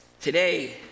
today